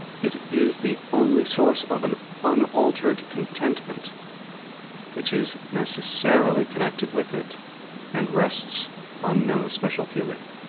it is the only source of an unaltered contentment which is necessarily connected with it and rests on no special feeling.